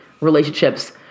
relationships